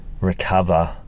recover